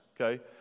okay